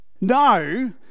No